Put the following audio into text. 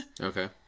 Okay